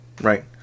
right